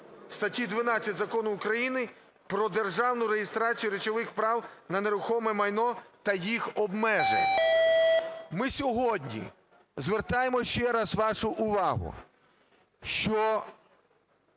статті 12 Закону України "Про державну реєстрацію речових прав на нерухоме майно та їх обтяжень". Ми сьогодні звертаємо ще раз вашу увагу, що